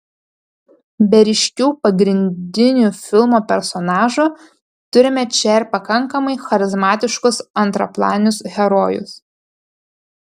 be ryškių pagrindinių filmo personažų turime čia ir pakankamai charizmatiškus antraplanius herojus